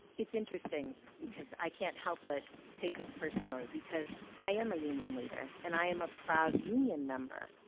it's interesting because i can't help but take this personally because i am a union leader, and i am a proud union member.